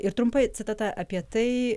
ir trumpai citata apie tai